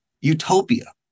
utopia